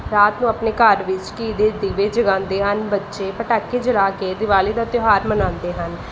ਰਾਤ ਨੂੰ ਆਪਣੇ ਘਰ ਵਿੱਚ ਘੀ ਦੇ ਦੀਵੇ ਜਗਾਉਂਦੇ ਹਨ ਬੱਚੇ ਪਟਾਖੇ ਜਲਾ ਕੇ ਦੀਵਾਲੀ ਦਾ ਤਿਉਹਾਰ ਮਨਾਉਂਦੇ ਹਨ